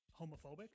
homophobic